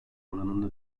oranında